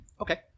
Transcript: Okay